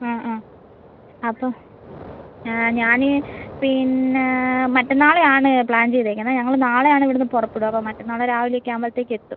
ആ ആ അപ്പം ഞാൻ പിന്നെ മറ്റന്നാളെ ആണ് പ്ലാൻ ചെയ്തേക്കുന്നത് ഞങ്ങൾ നാളെ ആണ് ഇവിടിന്ന് പുറപ്പെടുക അപ്പം മറ്റന്നാൾ രാവിലെ ഒക്കെ ആവുമ്പോഴ്ത്തേക്ക് എത്തും